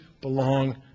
belong